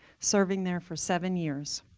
serving there for seven years.